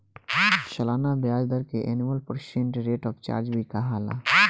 सलाना ब्याज दर के annual percent rate of charge भी कहाला